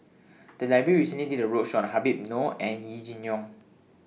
The Library recently did A roadshow on Habib Noh and Yee Jenn Jong